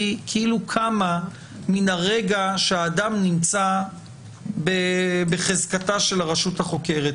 כאילו קמה מרגע שהאדם נמצא בחזקתה של הרשות החוקרת,